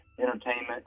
entertainment